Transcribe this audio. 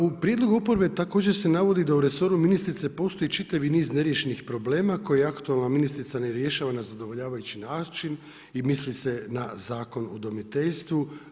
U prijedlogu oporbe također se navodi da u resoru ministrice postoji čitavi niz neriješenih problema koje aktualna ministrica ne rješava na zadovoljavajući način i misli se na Zakon o udomiteljstvu.